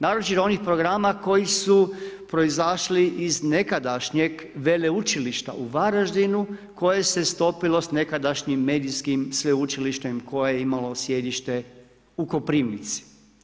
Naročito onih programa koji su proizašli iz nekadašnjeg Veleučilišta u Varaždinu, koji se stopilo s nekadašnjim medijskim sveučilištem koje je imalo sjedište u Koprivnici.